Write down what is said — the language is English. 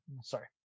Sorry